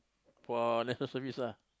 for National Service lah